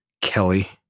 Kelly